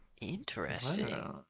Interesting